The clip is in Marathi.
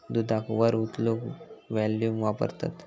दुधाक वर उचलूक वॅक्यूम वापरतत